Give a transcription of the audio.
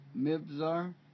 Mibzar